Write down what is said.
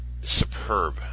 superb